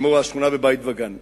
כמו שכונת בית-וגן.